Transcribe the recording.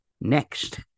next